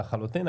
נכון לחלוטין.